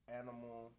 animal